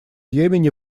йемене